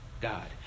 God